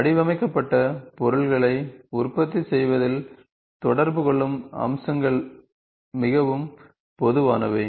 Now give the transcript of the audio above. வடிவமைக்கப்பட்ட பொருள்களை உற்பத்தி செய்வதில் தொடர்பு கொள்ளும் அம்சங்கள் மிகவும் பொதுவானவை